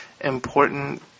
important